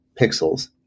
pixels